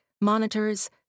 monitors